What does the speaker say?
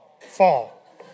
fall